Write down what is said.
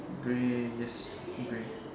grey yes grey